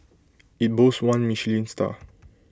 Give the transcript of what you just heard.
IT boasts one Michelin star